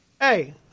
Hey